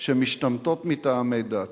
שמשתמטות מטעמי דת.